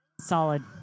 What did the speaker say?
Solid